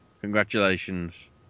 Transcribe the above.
Congratulations